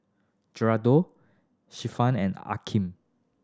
Geraldo Cephus and Akeem